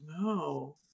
no